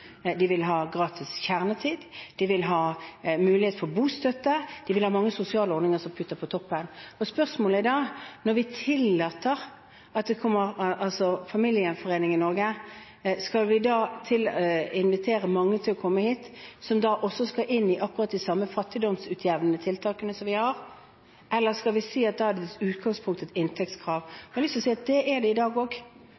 De vil ha gratis kjernetid, de vil ha mulighet for bostøtte, og det vil være mange sosiale ordninger på toppen. Spørsmålet er da: Når vi tillater familiegjenforening i Norge, skal vi da invitere mange inn i akkurat de samme fattigdomsutjevnende tiltakene vi har, eller skal vi si at det i utgangspunktet er et inntektskrav? Jeg har lyst til å si at det